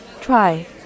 try